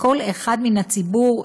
לכל אחד מהציבור,